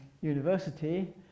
University